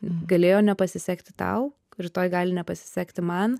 galėjo nepasisekti tau rytoj gali nepasisekti man